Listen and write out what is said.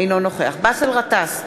אינו נוכח באסל גטאס,